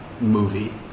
movie